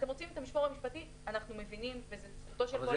אם אתם רוצים את המישור המשפטי אנחנו מבינים וזו זכותו של כל אדם.